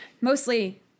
Mostly